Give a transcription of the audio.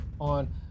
on